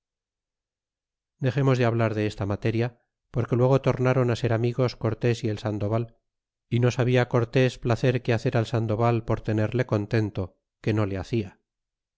dexemos de hablar de esta materia porque luego tornaron á ser amigos cortés y el sandoval y no sabia cortés placer que hacer al sandoval por tenerle contento que no le hacia